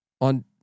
on